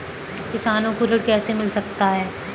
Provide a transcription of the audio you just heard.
किसानों को ऋण कैसे मिल सकता है?